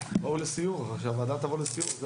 שהוועדה תבוא לסיור.